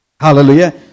Hallelujah